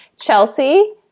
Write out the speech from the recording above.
Chelsea